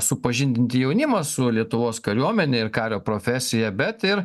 supažindinti jaunimą su lietuvos kariuomene ir kario profesija bet ir